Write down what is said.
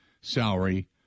salary